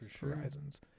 horizons